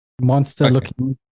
monster-looking